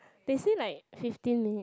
they say like fifteen minutes